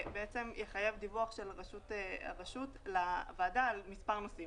שבעצם יחייב דיווח של הרשות לוועדה על מספר נושאים.